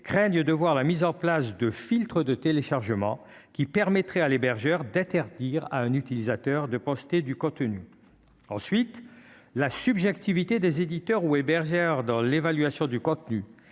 craignent de voir la mise en place de filtres de téléchargement, qui permettrait à l'hébergeur d'interdire à un utilisateur de poster du contenu ensuite la subjectivité des éditeur ou hébergeur dans l'évaluation du contenu,